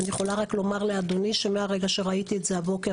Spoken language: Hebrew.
אני יכולה רק לומר לאדוני שמהרגע שראיתי את זה הבוקר,